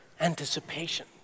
anticipation